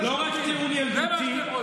זה מה שאתם רוצים,